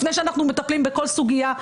לפני שאנחנו מטפלים בכל סוגיה,